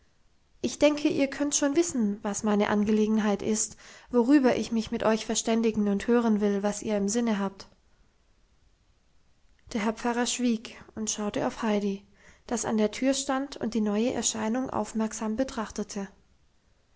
ich denke ihr könnt schon wissen was meine angelegenheit ist worüber ich mich mit euch verständigen und hören will was ihr im sinne habt der herr pfarrer schwieg und schaute auf heidi das an der tür stand und die neue erscheinung aufmerksam betrachtete